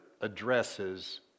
addresses